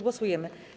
Głosujemy.